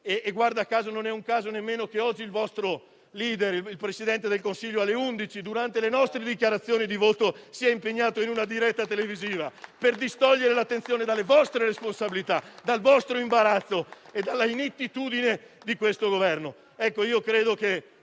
televisiva. Non è un caso nemmeno che oggi il vostro *leader*, il Presidente del Consiglio, alle ore 11, durante le nostre dichiarazioni di voto, sia impegnato in una diretta televisiva. È un modo per distogliere l'attenzione dalle vostre responsabilità, dal vostro imbarazzo e dall'inettitudine del Governo.